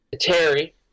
Terry